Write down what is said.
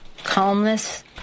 Calmness